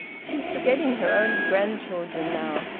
she's forgetting her own grandchildren now!